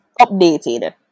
updated